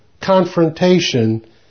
confrontation